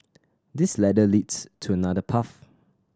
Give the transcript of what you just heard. this ladder leads to another path